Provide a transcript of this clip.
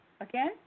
again